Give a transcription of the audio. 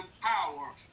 power